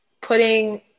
putting